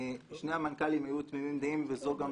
שני המנכ"לים היו תמימי דעים, וזו גם